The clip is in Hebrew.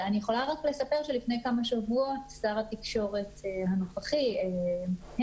אני יכולה רק לספר שלפני כמה שבועות שר התקשורת הנוכחי הנדל,